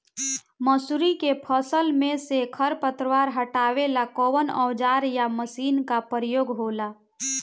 मसुरी के फसल मे से खरपतवार हटावेला कवन औजार या मशीन का प्रयोंग होला?